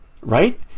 right